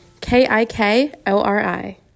k-i-k-o-r-i